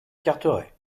carteret